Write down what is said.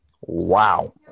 Wow